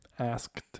Asked